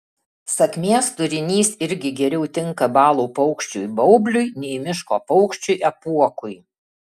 sakmės turinys irgi geriau tinka balų paukščiui baubliui nei miško paukščiui apuokui